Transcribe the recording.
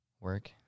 Work